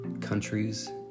countries